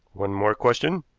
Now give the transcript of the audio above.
one more question,